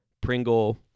Pringle